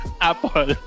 Apple